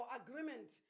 agreement